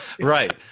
Right